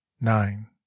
nine